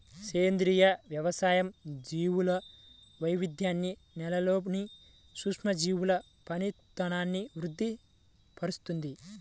సేంద్రియ వ్యవసాయం జీవుల వైవిధ్యాన్ని, నేలలోని సూక్ష్మజీవుల పనితనాన్ని వృద్ది పరుస్తుంది